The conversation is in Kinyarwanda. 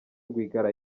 rwigara